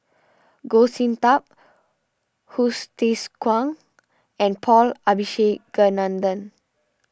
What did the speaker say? Goh Sin Tub Hsu Tse Kwang and Paul Abisheganaden